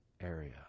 area